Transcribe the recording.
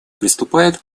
приступает